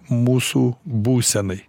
mūsų būsenai